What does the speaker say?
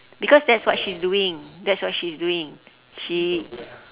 because that's what she's doing that's what she's doing she